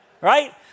right